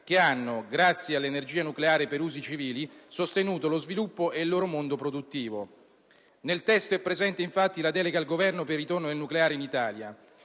che hanno, grazie all'energia nucleare per usi civili, sostenuto lo sviluppo e il loro mondo produttivo. Nel testo è presente, infatti, la delega al Governo per il ritorno del nucleare in Italia,